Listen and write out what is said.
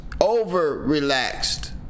over-relaxed